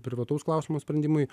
privataus klausimo sprendimui